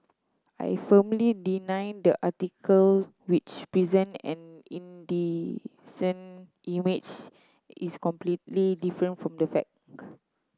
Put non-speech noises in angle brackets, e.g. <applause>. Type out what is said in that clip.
I firmly deny the article which present an indecent image is completely different from the <unintelligible>